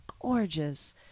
gorgeous